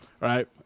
right